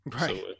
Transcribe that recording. Right